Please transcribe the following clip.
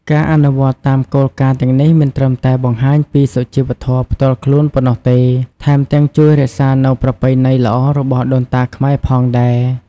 ការអនុវត្តតាមគោលការណ៍ទាំងនេះ មិនត្រឹមតែបង្ហាញពីសុជីវធម៌ផ្ទាល់ខ្លួនប៉ុណ្ណោះទេ ថែមទាំងជួយរក្សានូវប្រពៃណីល្អរបស់ដូនតាខ្មែរផងដែរ។